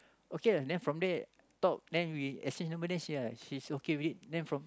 okay lah then from there talk then we exchange number then ya she's okay with it then from